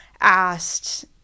asked